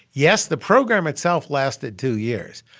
yes, the program itself lasted two years,